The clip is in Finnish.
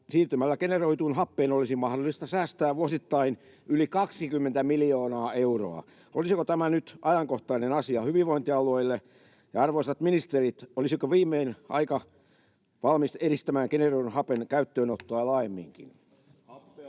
Siirtymällä generoituun happeen olisi mahdollista säästää vuosittain yli 20 miljoonaa euroa. Olisiko tämä nyt ajankohtainen asia hyvinvointialueille? Ja, arvoisat ministerit, olisiko viimein aika valmis edistämään generoidun hapen käyttöönottoa laajemminkin?